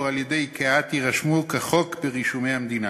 על-ידי קה"ת יירשמו כחוק ברישומי המדינה.